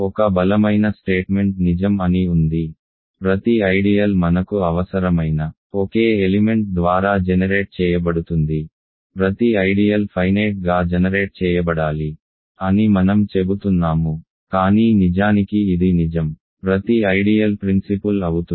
ఒక బలమైన స్టేట్మెంట్ నిజం అని ఉంది ప్రతి ఐడియల్ మనకు అవసరమైన ఒకే ఎలిమెంట్ ద్వారా జెనెరేట్ చేయబడుతుంది ప్రతి ఐడియల్ ఫైనేట్ గా జనరేట్ చేయబడాలి అని మనం చెబుతున్నాము కానీ నిజానికి ఇది నిజం ప్రతి ఐడియల్ ప్రిన్సిపుల్ అవుతుంది